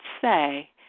say